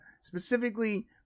specifically